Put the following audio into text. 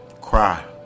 Cry